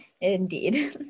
Indeed